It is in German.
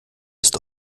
ist